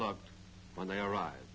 look when they arrive